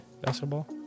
basketball